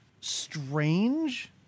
strange